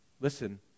listen